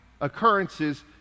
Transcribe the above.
occurrences